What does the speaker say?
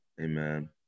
Amen